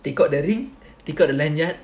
take out the ring take out the lanyard